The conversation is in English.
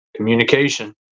Communication